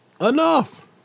Enough